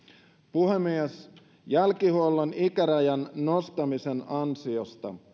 puhemies jälkihuollon ikärajan nostamisen ansiosta